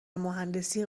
مهندسی